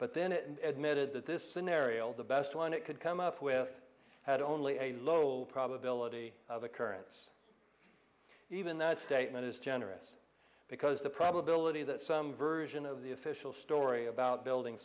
but then it admitting that this scenario the best one it could come up with had only a low probability of occurrence even that statement is generous because the probability that some version of the official story about building